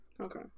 Okay